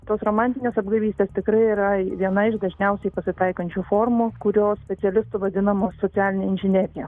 tos romantinės apgavystės tikrai yra viena iš dažniausiai pasitaikančių formų kurios specialistų vadinamos socialine inžinerija